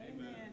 Amen